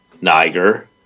Niger